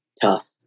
tough